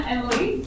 Emily